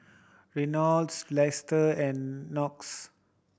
Reynolds Lester and Knox